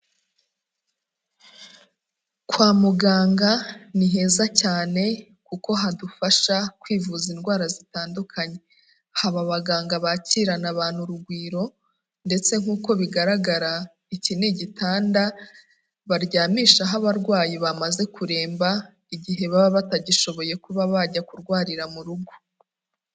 Kwa muganga ni heza cyane kuko hadufasha kwivuza indwara zitandukanye, haba abaganga bakirana abantu urugwiro ndetse nk'uko bigaragara iki ni igitanda baryamishaho abarwayi bamaze kuremba, igihe baba batagishoboye kuba bajya kurwarira mu rugo.